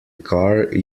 car